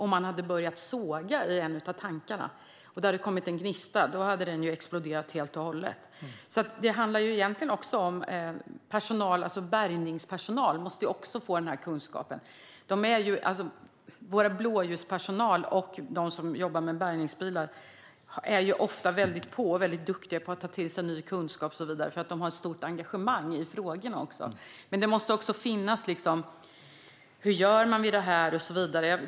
Om man hade börjat såga i en av tankarna och en gnista hade kommit skulle sopbilen ha exploderat helt och hållet. Det handlar alltså egentligen också om att bärgningspersonal måste få den här kunskapen. Vår blåljuspersonal och de som jobbar med bärgningsbilar är ofta väldigt bra på att ta till sig ny kunskap för att de har ett stort engagemang i frågorna. Men det måste också finnas besked om hur man gör vid sådana här situationer.